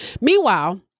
Meanwhile